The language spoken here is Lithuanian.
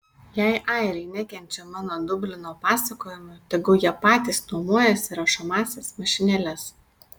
jei airiai nekenčia mano dublino pasakojimų tegu jie patys nuomojasi rašomąsias mašinėles